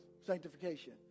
sanctification